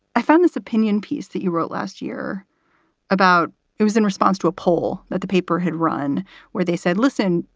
i found this opinion piece that you wrote last year about it was in response to a poll that the paper had run where they said, listen,